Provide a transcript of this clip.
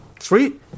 Sweet